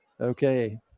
Okay